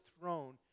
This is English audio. throne